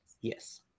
Yes